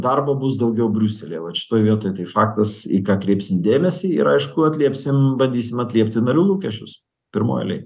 darbo bus daugiau briuselyje vat šitoj vietoj tai faktas į ką kreipsim dėmesį ir aišku atliepsim bandysim atliepti narių lūkesčius pirmoj eilėj